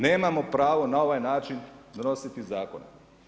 Nemamo pravo na ovaj način donositi zakone.